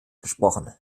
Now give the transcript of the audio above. gesprochen